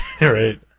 right